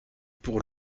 pour